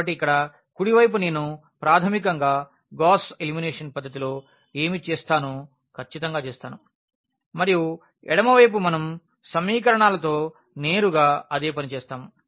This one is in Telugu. కాబట్టి ఇక్కడ కుడి వైపు నేను ప్రాథమికంగా గాస్ ఎలిమినేషన్ పద్ధతిలో ఏమి చేస్తానో ఖచ్చితంగా చేస్తాను మరియు ఎడమ వైపు మనం సమీకరణాలతో నేరుగా అదే పని చేస్తాము